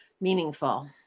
meaningful